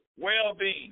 well-being